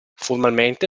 formalmente